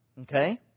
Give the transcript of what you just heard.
okay